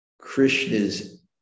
Krishna's